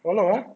how long ah